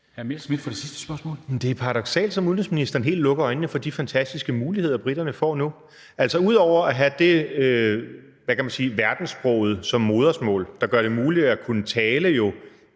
det er paradoksalt, som udenrigsministeren helt lukker øjnene for de fantastiske muligheder, briterne får nu. Altså, ud over at have det, vi kan kalde verdenssproget som modersmål, der gør det muligt at kunne tale